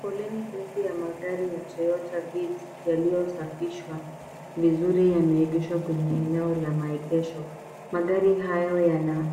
Foleni ndefu ya magari ya toyota vitz yaliyosafishwa vizuri yameegeshwa kwenye eneo la maegesho. Magari hayo yana